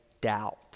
doubt